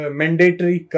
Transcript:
mandatory